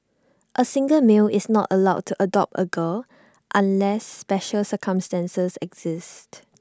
A single male is not allowed to adopt A girl unless special circumstances exist